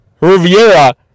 Riviera